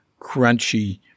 crunchy